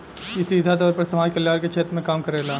इ सीधा तौर पर समाज कल्याण के क्षेत्र में काम करेला